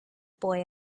boy